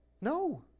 No